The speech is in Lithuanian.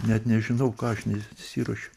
net nežinau ką aš nesiruošiu